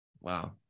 Wow